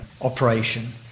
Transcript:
operation